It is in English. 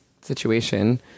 situation